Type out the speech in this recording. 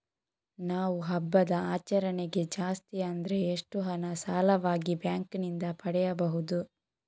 ನಾವು ಹಬ್ಬದ ಆಚರಣೆಗೆ ಜಾಸ್ತಿ ಅಂದ್ರೆ ಎಷ್ಟು ಹಣ ಸಾಲವಾಗಿ ಬ್ಯಾಂಕ್ ನಿಂದ ಪಡೆಯಬಹುದು?